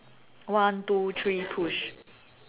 one two three push